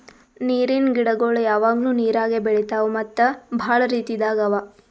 ನೀರಿನ್ ಗಿಡಗೊಳ್ ಯಾವಾಗ್ಲೂ ನೀರಾಗೆ ಬೆಳಿತಾವ್ ಮತ್ತ್ ಭಾಳ ರೀತಿದಾಗ್ ಅವಾ